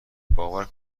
باور